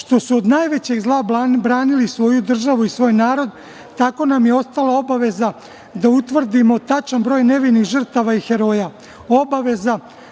što su od najvećeg zla branili svoju državu i svoj narod, tako nam je ostala obaveza da utvrdimo tačan broj nevinih žrtava i heroja,